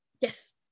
Yes